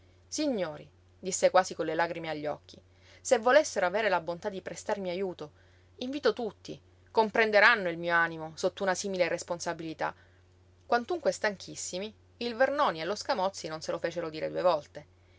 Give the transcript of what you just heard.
signori disse quasi con le lagrime agli occhi se volessero avere la bontà di prestarmi ajuto invito tutti comprenderanno il mio animo sotto una simile responsabilità quantunque stanchissimi il vernoni e lo scamozzi non se lo fecero dire due volte